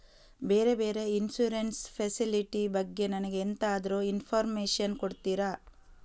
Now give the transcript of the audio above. ಬೇರೆ ಬೇರೆ insurance facility ಬಗ್ಗೆ ನನಗೆ ಎಂತಾದ್ರೂ ಇನ್ಫೋರ್ಮೇಷನ್ ಕೊಡ್ತೀರಾ?